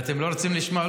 אם אתם לא רוצים לשמוע,